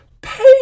pay